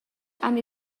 han